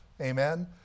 amen